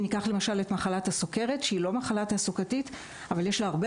אם ניקח למשל את מחלת הסוכרת שהיא לא מחלה תעסוקתית אבל יש לה רבה